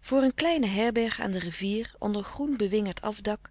voor een kleine herberg aan de rivier onder groen bewingerd afdak